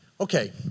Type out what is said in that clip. Okay